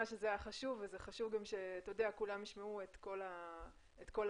שזה היה חשוב וחשוב גם שכולם ישמעו את כל ההיבטים.